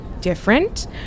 different